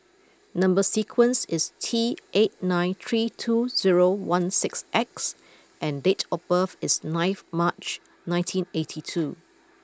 number sequence is T eight nine three two zero one six X and date of birth is ninth March nineteen eighty two